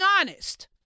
honest